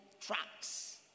trucks